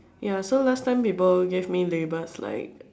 ya so last time people gave me labels like